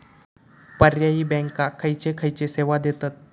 पर्यायी बँका खयचे खयचे सेवा देतत?